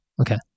Okay